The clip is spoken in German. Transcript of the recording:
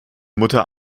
mutter